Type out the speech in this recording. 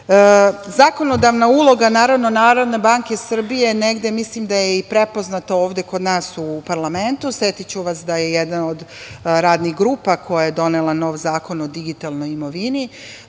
instituciju. Zakonodavna uloga Narodne banke Srbije, mislim da je i prepoznata ovde kod nas u parlamentu. Podsetiću vas da je jedna od radnih grupa koja je donela nov Zakon o digitalnoj imovini,